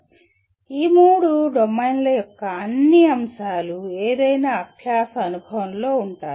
కానీ ఈ మూడు డొమైన్ల యొక్క అన్ని అంశాలు ఏదైనా అభ్యాస అనుభవంలో ఉంటాయి